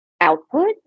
output